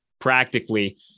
practically